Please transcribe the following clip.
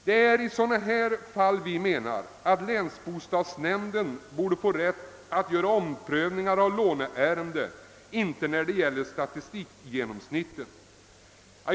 Det är i sådana fall vi menar att länsbostadsnämnden borde få rätt att göra omprövningar av låneärenden, inte när det gäller statistikgenomsnitten.